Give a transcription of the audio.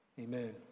Amen